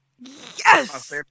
yes